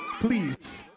please